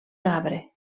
gabre